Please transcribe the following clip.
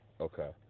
Okay